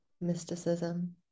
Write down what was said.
mysticism